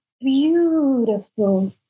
beautiful